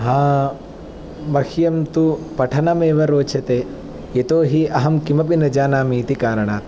मह्यं तु पठनम् एव रोचते यतोहि अहं किमपि न जानामि इति कारणात्